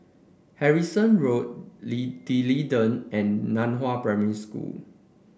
Harrison Road D'Leedon and Nan Hua Primary School